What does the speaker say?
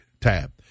TAB